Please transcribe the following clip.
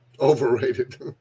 Overrated